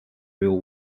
real